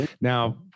Now